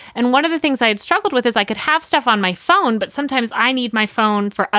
and one of the things i had struggled with is i could have stuff on my phone, but sometimes i need my phone for, ah